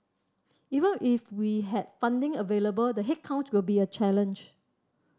even if we had funding available the headcount will be a challenge